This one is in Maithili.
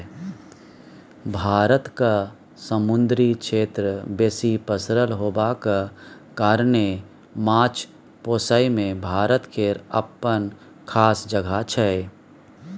भारतक समुन्दरी क्षेत्र बेसी पसरल होबाक कारणेँ माछ पोसइ मे भारत केर अप्पन खास जगह छै